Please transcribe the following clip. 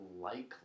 likely